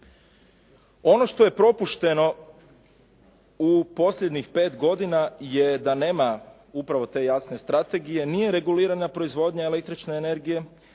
Ono što je propušteno u posljednjih 5 godina je da nema upravo te jasne strategije, nije regulirana proizvodnja električne energije,